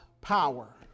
power